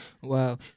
Wow